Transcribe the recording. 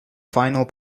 final